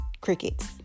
crickets